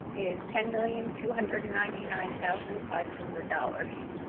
is ten million two hundred and ninety nine thousand five hundred dollars.